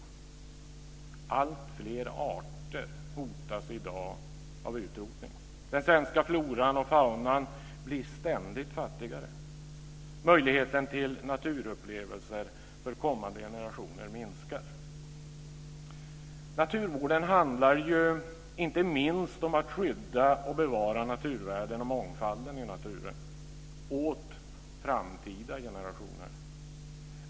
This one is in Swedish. Alltfler arter hotas i dag av utrotning. Den svenska floran och faunan blir ständigt fattigare. Möjligheten till naturupplevelser för kommande generationer minskar. Naturvården handlar ju inte minst om att skydda och bevara naturvärden och mångfalden i naturen åt framtida generationer.